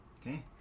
Okay